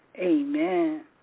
Amen